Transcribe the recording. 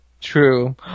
True